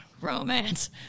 romance